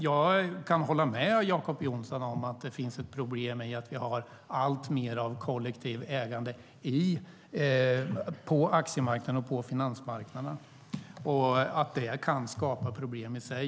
Jag kan hålla med Jacob Johnson om att det finns ett problem i att vi har alltmer av kollektivt ägande på aktiemarknaden och på finansmarknaderna och att det kan skapa problem i sig.